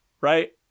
right